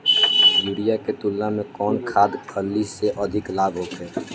Urea के तुलना में कौन खाध खल्ली से अधिक लाभ होखे?